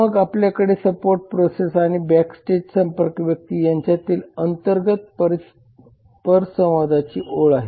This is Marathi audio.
मग आपल्याकडे सपोर्ट प्रोसेस आणि बॅकस्टेज संपर्क व्यक्ती यांच्यातील अंतर्गत परस्परसंवादाची ओळ आहे